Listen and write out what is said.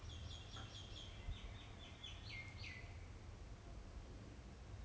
then on top of that he still get every month for every year that he paid that he's he work for the company lah